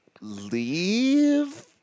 leave